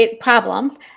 problem